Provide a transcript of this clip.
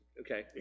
okay